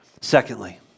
Secondly